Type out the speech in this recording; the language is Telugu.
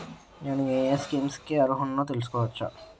నేను యే యే స్కీమ్స్ కి అర్హుడినో తెలుసుకోవచ్చా?